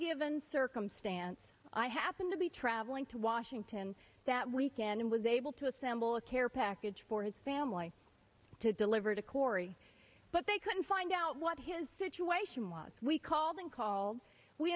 given circumstance i happened to be traveling to washington that weekend and was able to assemble a care package his family to deliver to cory but they couldn't find out what his situation was we called and called we